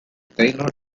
taylor